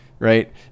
Right